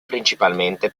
principalmente